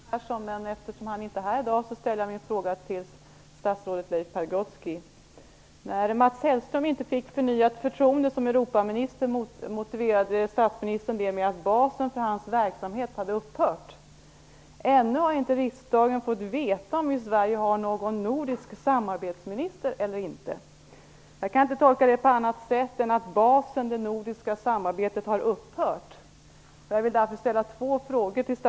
Fru talman! Jag tänkte ställa en fråga till statsminister Göran Persson, men eftersom han inte är här i dag ställer jag min fråga till statsrådet Leif Pagrotsky. När Mats Hellström inte fick förnyat förtroende som Europaminister motiverade statsministern det med att basen för hans verksamhet hade upphört. Ännu har inte riksdagen fått veta om vi i Sverige har någon nordisk samarbetsminister eller inte. Jag kan inte tolka det på annat sätt än att basen, det nordiska samarbetet, har upphört.